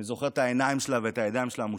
אני זוכר את העיניים שלה ואת הידיים שלה מושטות.